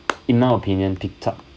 in my opinion picked up